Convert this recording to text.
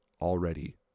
already